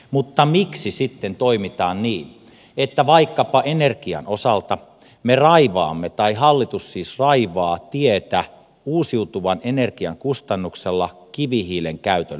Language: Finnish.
mutta miksi sitten toimitaan niin että vaikkapa energian osalta hallitus raivaa tietä uusiutuvan energian kustannuksella kivihiilen käytön lisäämiselle